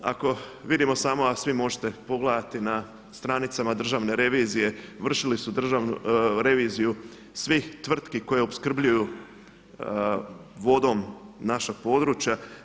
Ako vidimo samo, a svi možete pogledati na stranicama Državne revizije, vršili su reviziju svih tvrtki koje opskrbljuju vodom naša područja.